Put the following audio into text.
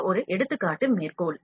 இது ஒரு எடுத்துக்காட்டு மேற்கோள்